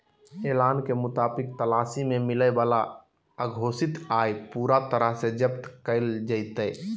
ऐलान के मुताबिक तलाशी में मिलय वाला अघोषित आय पूरा तरह से जब्त कइल जयतय